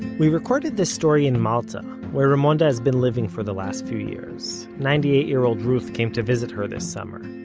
we recorded this story in malta, where raymonda has been living for the last few years. ninety-eight year old ruth came to visit her this summer.